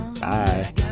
Bye